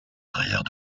arrières